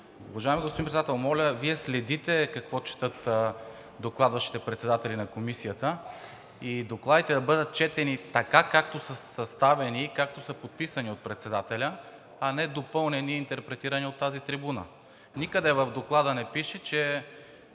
Уважаеми господин Председател, Вие следите какво четат докладващите председатели на комисиите и докладите да бъдат четени така, както са съставени и както са подписани от председателя, а не допълнени и интерпретирани от тази трибуна. Никъде в Доклада на пише, че